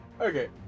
Okay